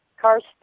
Cars